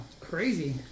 Crazy